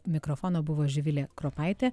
mikrofono buvo živilė kropaitė